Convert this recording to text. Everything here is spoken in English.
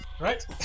Right